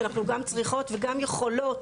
שאנחנו גם צריכות וגם יכולות